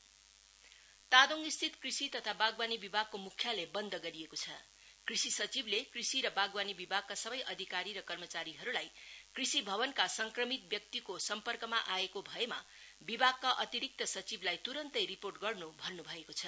agriculture secretary अडर तादोङस्थित कृषि तथा बागवानी विभागको मुख्यालय बन्द गरिएको छ कृषि सचिवले कृषि तथा वागवानी विभागका सबै अधिकारी र कर्मचारीहरूलाई कृषि भवनका संक्रमित व्यक्तिको सम्पर्कमा आएको भएमा विभागका अतिरिक्त सचिवलाई तुरन्तै रिपोर्ट गर्नु भन्नु भएको छ